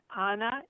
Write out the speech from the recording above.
anna